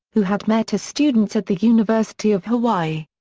who had met as students at the university of hawaii.